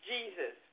Jesus